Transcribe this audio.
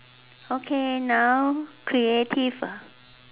okay now creative